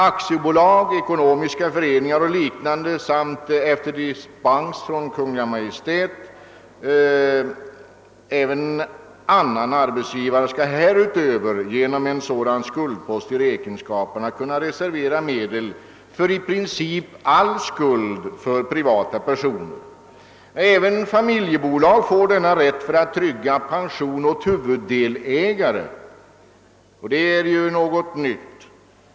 Aktiebolag, ekonomisk förening och liknande rättssubjekt samt — efter dispens av Kungl. Maj:t — även annan arbetsgivare skall härutöver genom en sådan skuldföring i räkenskaperna kunna reservera medel för i princip all skuld för privata pensioner». Även familjebolag får denna rätt för att trygga pension åt huvuddelägare, förutsatt att pensionen ingår i allmän pensionsplan — och detta är ju någonting nytt.